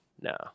No